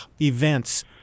events